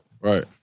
Right